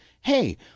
hey